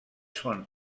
són